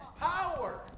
power